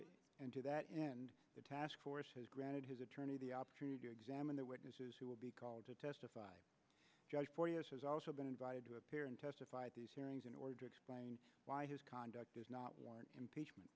and to that end the task force has granted his attorney the opportunity to examine the witnesses who will be called to testify judge for years has also been invited to appear and testify these hearings in order explain why his conduct is not one impeachment